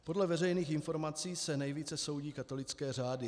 Podle veřejných informací se nejvíce soudí katolické řády.